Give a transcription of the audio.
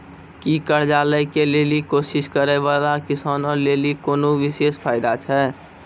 कि कर्जा लै के लेली कोशिश करै बाला किसानो लेली कोनो विशेष फायदा छै?